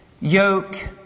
yoke